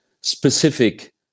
specific